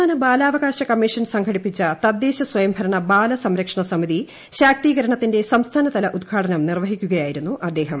സംസ്ഥാന ബാലാവകാശ കമ്മീഷൻ സംഘടിപ്പിച്ച തദ്ദേശ സ്വയംഭരണ ബാല സംരക്ഷണ സമിതി ് ശാക്തീകരണത്തിന്റെ സംസ്ഥാനതല ഉദ്ഘാടനം നിർവഹിക്കുകയായിരുന്നു അദ്ദേഹം